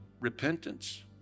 repentance